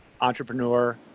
Entrepreneur